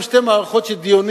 יש שתי מערכות של דיונים,